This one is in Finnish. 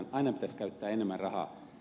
aina pitäisi käyttää enemmän rahaa